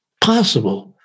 possible